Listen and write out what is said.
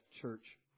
church